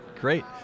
Great